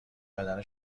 بدن